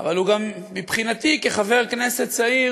אבל מבחינתי כחבר כנסת צעיר